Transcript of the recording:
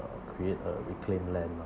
uh create a reclaimed land ah